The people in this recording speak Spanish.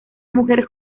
mujer